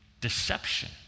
deception